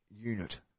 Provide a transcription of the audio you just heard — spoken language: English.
unit